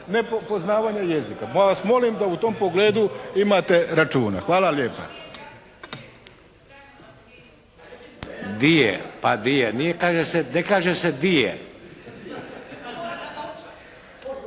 nepoznavanja jezika, pa vas molim da u tom pogledu imate računa. Hvala lijepa. … /Upadica se ne čuje./